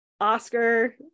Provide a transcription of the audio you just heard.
Oscar